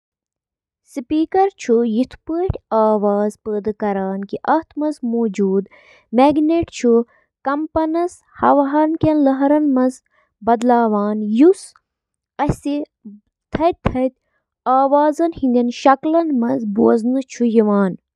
Dish washer چھِ اکھ یِژھ مِشیٖن یۄسہٕ ڈِشوار، کُک ویئر تہٕ کٹلری پٲنۍ پانے صاف کرنہٕ خٲطرٕ استعمال چھِ یِوان کرنہٕ۔ ڈش واشرٕچ بنیٲدی کٲم چھِ برتن، برتن، شیشہِ ہٕنٛدۍ سامان تہٕ کُک ویئر صاف کرٕنۍ۔